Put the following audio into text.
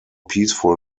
peaceful